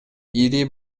ири